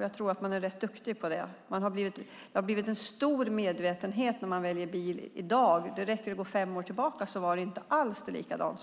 Jag tror att de är rätt duktiga på det. Det har blivit en stor medvetenhet när man väljer bil i dag. Bara för fem år sedan var det inte alls så.